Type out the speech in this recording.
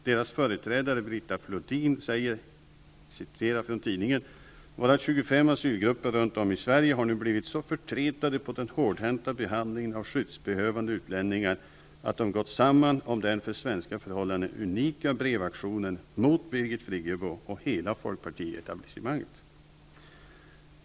Deras företrädare Britta Flodin säger: ''Våra tjugofem asylgrupper runt om i Sverige har nu blivit så förtretade på den hårdhänta behandlingen av skyddsbehövande utlänningar att de gått samman om den här, för svenska förhållanden, unika brevaktionen mot Birgit Friggebo och hela fpetablissemanget.''